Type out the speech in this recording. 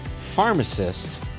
pharmacist